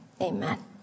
amen